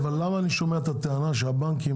למה אני שומע את הטענה שהבנקים